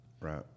right